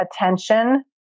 attention